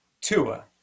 Tua